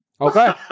Okay